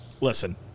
listen